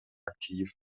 aktiv